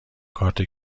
کارت